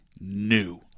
new